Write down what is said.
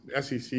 SEC